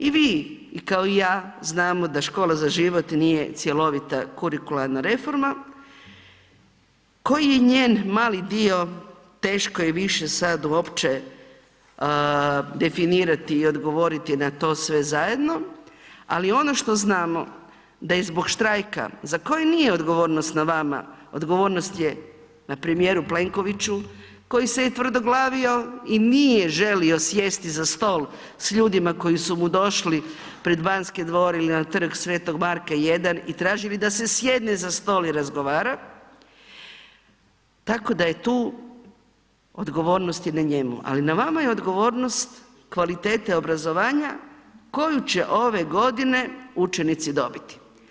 I vi, i kao i ja znamo da Škola za život nije cjelovita kurikularna reforma, koji je njen mali dio, teško je više sad uopće definirati i odgovoriti na to sve zajedno, ali ono što znamo da je zbog štrajka za koji nije odgovornost na vama, odgovornost je na premijeru Plenkoviću koji se je tvrdoglavio i nije želio sjesti za stol s ljudima koji su mu došli pred Banske dvore ili na Trg sv. Marka 1 i tražili da se sjedne za stol i razgovara, tako da je tu, odgovornost je na njemu, ali na vama je odgovornost kvalitete obrazovanja koju će ove godine učenici dobiti.